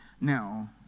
Now